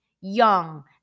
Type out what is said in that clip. young